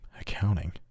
Accounting